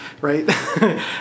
right